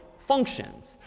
functions.